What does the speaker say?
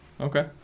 Okay